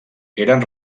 eren